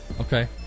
Okay